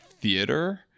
theater